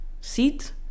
seat